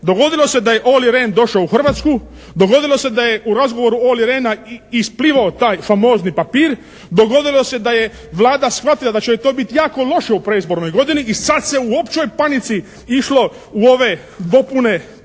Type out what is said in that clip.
Dogodilo se da je Olli Rehn došao u Hrvatsku. Dogodilo se da je u razgovoru Olli Rehna isplivao taj famozni papir. Dogodilo se da je Vlada shvatila da će joj to biti jako loše u predizbornoj godini i sad se u općoj panici išlo u ove dopune